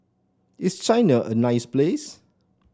is China a nice place